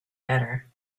better